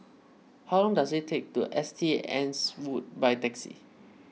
how long does it take to S T Anne's Wood by taxi